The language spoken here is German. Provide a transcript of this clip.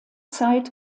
zeit